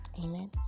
Amen